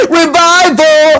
revival